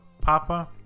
Papa